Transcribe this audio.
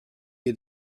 had